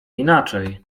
inaczej